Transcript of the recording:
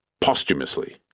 posthumously